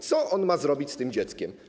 Co on ma zrobić z tym dzieckiem?